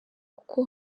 kuko